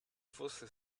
fosse